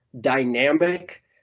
dynamic